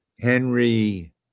Henry